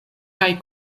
kaj